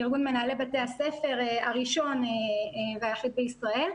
ארגון מנהלי בתי הספר הראשון והיחיד בישראל,